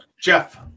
Jeff